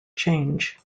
change